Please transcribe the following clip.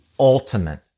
ultimate